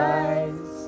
eyes